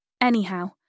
Anyhow